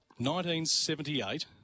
1978